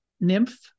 nymph